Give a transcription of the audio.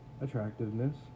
Attractiveness